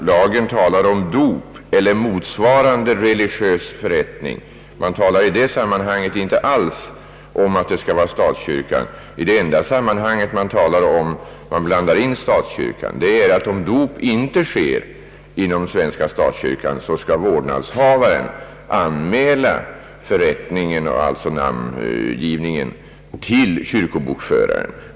Lagen talar om »dop eller motsvarande religiös förrättning». Det talas i detta sammanhang inte alls om statskyrkan. Det enda sammanhang i vilket statskyrkan förekommer är då det sägs att om dop inte sker inom svenska statskyrkan så skall vårdnadshavaren anmäla namngivningen till kyrkobokföraren.